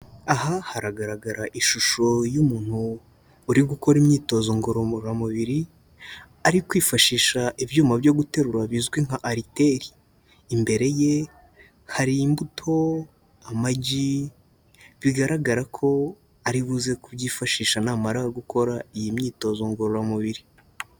Aha haragaragara ishusho y'umuntu uri gukora imyitozo ngororamubiri, ari kwifashisha ibyuma byo guterura bizwi nka ariteri. Imbere ye hari imbuto, amagi, bigaragara ko ari buze kubyifashisha namara gukora iyi myitozo ngororamubiri.